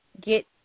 get